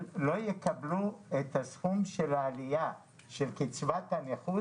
לא יקבלו את הסכום של העלייה של קצבת הנכות.